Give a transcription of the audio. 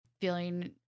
feeling